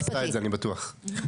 לא, לא, השרה כבר עשתה את זה, אני בטוח.